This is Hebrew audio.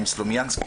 עם סלומינסקי,